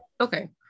okay